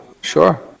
sure